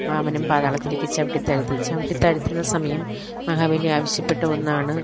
വാമനൻ പാതാളത്തിലേക്ക് ചവിട്ടി താഴ്ത്തി ചവിട്ടി താഴ്ത്തുന്ന സമയം മഹാബലി ആവശ്യപ്പെട്ട ഒന്നാണ്